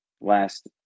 last